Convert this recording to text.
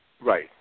Right